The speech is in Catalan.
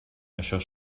això